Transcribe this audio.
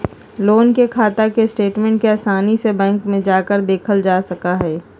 loan के खाता के स्टेटमेन्ट के आसानी से बैंक में जाकर देखल जा सका हई